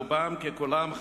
רובם ככולם,